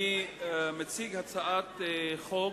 אני מציג הצעת חוק,